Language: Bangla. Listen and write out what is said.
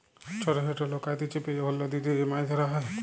ছট ছট লকাতে চেপে যখল লদীতে যে মাছ ধ্যরা হ্যয়